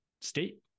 state